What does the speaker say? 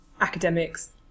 academics